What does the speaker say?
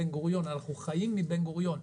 אנחנו חיים משדה התעופה בן גוריון.